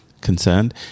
concerned